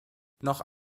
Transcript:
noch